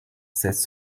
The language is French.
cesse